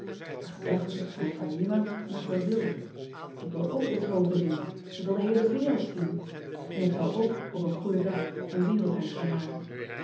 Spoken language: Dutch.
e gedachte aan ailima maakt me wild k wil ook de tropen zien ik wil de heele wereld zien n ik zal ook op een goeden dag een wereldreis gaan maken